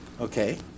Okay